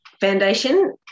Foundation